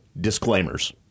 disclaimers